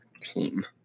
team